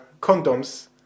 condoms